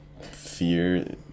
fear